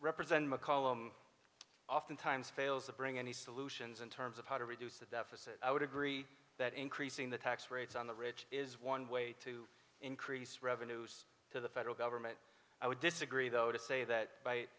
represent mccollum oftentimes fails to bring any solutions in terms of how to reduce the deficit i would agree that increasing the tax rates on the rich is one way to increase revenues to the federal government i would disagree though to say that by